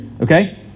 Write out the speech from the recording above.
Okay